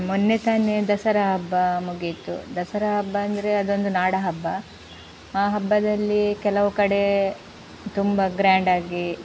ಮೊನ್ನೆ ತಾನೇ ದಸರಾ ಹಬ್ಬ ಮುಗಿತು ದಸರಾ ಹಬ್ಬ ಅಂದರೆ ಅದೊಂದು ನಾಡಹಬ್ಬ ಆ ಹಬ್ಬದಲ್ಲಿ ಕೆಲವು ಕಡೆ ತುಂಬ ಗ್ರ್ಯಾಂಡಾಗಿ